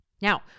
Now